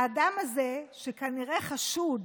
האדם הזה, שכנראה חשוד